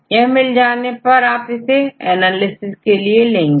यह मिल जाने के बाद आप इसे एनालिसिस के लिए लेंगे